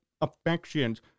affections